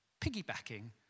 piggybacking